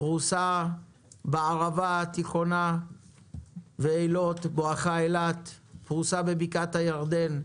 בערבה התיכונה ואילות בואכה אילת, בבקעת הירדן,